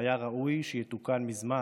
שהיה ראוי שיתוקן מזמן,